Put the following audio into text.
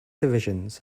divisions